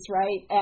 right